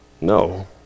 No